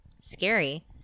scary